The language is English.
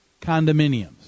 condominiums